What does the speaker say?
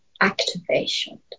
activation